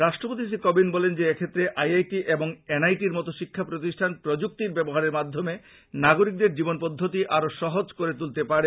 রাষ্ট্রপতি শ্রী কোবিন্দ বলেন যে এক্ষেত্রে আই আই টি এবং এন আই টি র মতো শিক্ষা প্রতিষ্ঠান প্রযুক্তির ব্যবহারের মাধ্যমে নাগরিকদের জীবন পদ্ধতি আরো সহজ করে তুলতে পারে